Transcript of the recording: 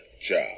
job